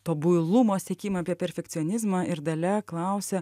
tobulumo siekimą apie perfekcionizmą ir dalia klausia